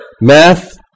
math